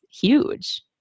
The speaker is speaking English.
huge